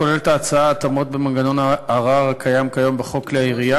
כוללת ההצעה התאמות במנגנון הערר הקיים כיום בחוק כלי הירייה,